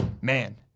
man